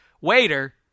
waiter